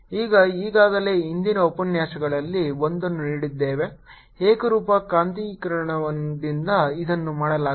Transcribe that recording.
ನಾವು ಈಗಾಗಲೇ ಹಿಂದಿನ ಉಪನ್ಯಾಸಗಳಲ್ಲಿ ಒಂದನ್ನು ನೋಡಿದ್ದೇವೆ ಏಕರೂಪದ ಕಾಂತೀಕರಣದಿಂದ ಇದನ್ನು ಮಾಡಲಾಗುತ್ತದೆ